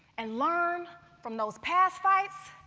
and learn from those past fights,